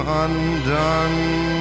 undone